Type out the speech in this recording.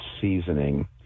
seasoning